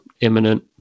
imminent